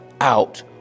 out